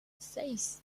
seis